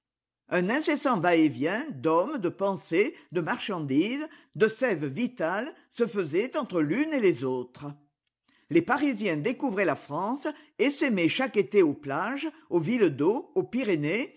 un incessant va-et-vient d'hommes de pensées de marchandises de sève vitale se faisait entre l'une et les autres les parisiens découvraient la france essaimaient chaque été aux plages aux oilles d'eaux aux pyrénées